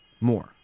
more